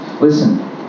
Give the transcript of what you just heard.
Listen